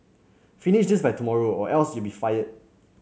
finish this by tomorrow or else you'll be fired